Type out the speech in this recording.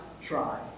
try